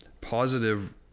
positive